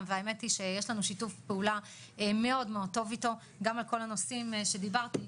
האמת היא שיש לנו שיתוף פעולה מאוד טוב איתו גם על כל הנושאים שדיברתי,